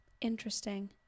Interesting